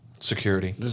Security